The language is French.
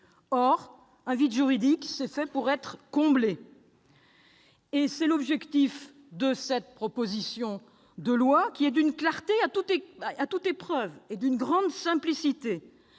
Or un vide juridique est fait pour être comblé. Tel est l'objectif de cette proposition de loi, d'une clarté à toute épreuve et d'une grande simplicité.